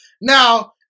Now